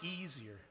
easier